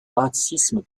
racisme